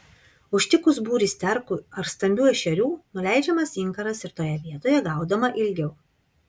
užtikus būrį sterkų ar stambių ešerių nuleidžiamas inkaras ir toje vietoje gaudoma ilgiau